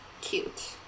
cute